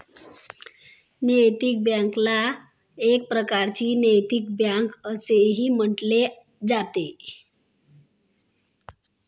नैतिक बँकेला एक प्रकारची नैतिक बँक असेही म्हटले जाते